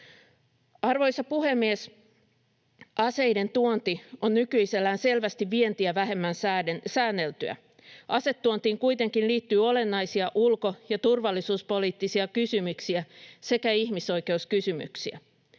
Arvoisa puhemies! Aseiden tuonti on nykyisellään selvästi vientiä vähemmän säänneltyä. Asetuontiin kuitenkin liittyy olennaisia ulko- ja turvallisuuspoliittisia kysymyksiä sekä ihmisoikeuskysymyksiä.